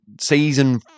season